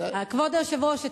כבוד היושב-ראש,